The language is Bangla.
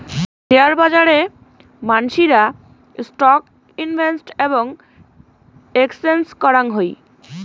শেয়ার বাজারে মানসিরা স্টক ইনভেস্ট এবং এক্সচেঞ্জ করাং হই